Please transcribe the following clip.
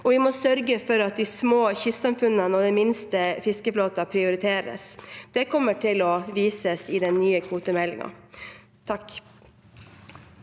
vi må sørge for at de små kystsamfunnene og den minste fiskeflåten prioriteres. Det kommer til å vises i den nye kvotemeldingen.